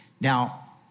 Now